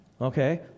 okay